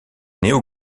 néo